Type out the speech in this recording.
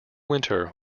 winter